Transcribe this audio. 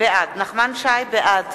בעד